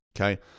Okay